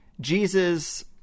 Jesus